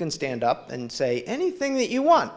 can stand up and say anything that you want